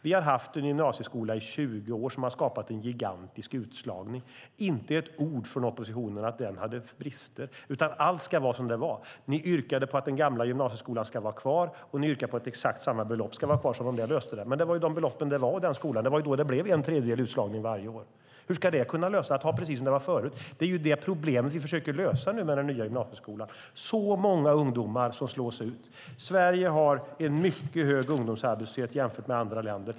Vi har haft en gymnasieskola i 20 år som har skapat en gigantisk utslagning. Det sägs inte ett ord från oppositionen om att den hade brister, utan allt ska vara som det var. Ni yrkade på att den gamla gymnasieskolan skulle vara kvar. Ni yrkar på att exakt samma belopp ska vara kvar, som om det skulle vara lösningen. Men det var de belopp som var i den skolan. Det var då en tredjedel slogs ut varje år. Hur ska lösningen kunna vara att ha det precis som det var förut? Det är ju det här problemet vi försöker lösa nu med den nya gymnasieskolan. Det är många ungdomar som slås ut. Sverige har en mycket hög ungdomsarbetslöshet jämfört med andra länder.